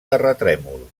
terratrèmol